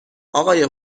آقای